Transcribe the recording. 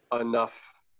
enough